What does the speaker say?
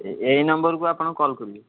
ଏଇ ଏଇ ନମ୍ବର୍କୁ ଆପଣ କଲ୍ କରିବେ